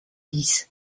dix